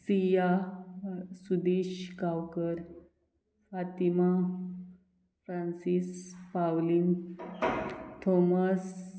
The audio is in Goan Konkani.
सिया सुदीश गांवकर फातिमा फ्रांसीस पावलीन थोमस